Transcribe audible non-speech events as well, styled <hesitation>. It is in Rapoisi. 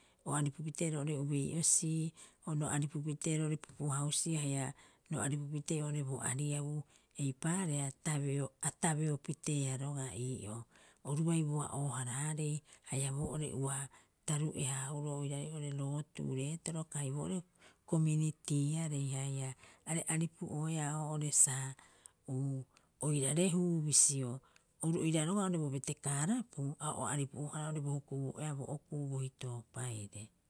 O aripupitee roo'ore ubei'osii ro aripupite roo'ore popohasii haia ro aripupitee roo'ore bo ariabuu eipaareha <hesitation> a tabeopitee roga'a ii'oo oru bai boa'oo- haraarei haia boo'ore ua taruu'e- haahuroo oiraarei oo'ore lotuu reetoro kai boo'ore kominitiarei haia. Are aeipu'oea o saa <hesitation> oirarehuu bisio oru oira roga'a bo betekaarapiu a o aripu- haaboroo bo hukubuu'oea bo okuu boitoopaire.